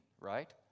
right